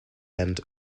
end